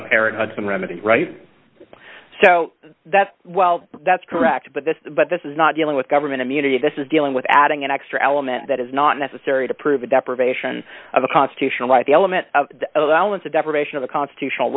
apparent some remedy right so that's well that's correct but this but this is not dealing with government immunity this is dealing with adding an extra element that is not necessary to prove a deprivation of a constitutional right the element of allowance of deprivation of the constitutional